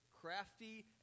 crafty